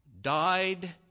died